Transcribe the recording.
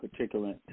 particulate